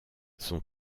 son